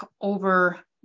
over